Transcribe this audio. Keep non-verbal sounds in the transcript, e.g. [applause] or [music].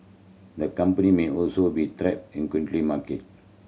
the company may also be [unintelligible] market